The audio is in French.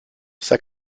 ça